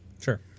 Sure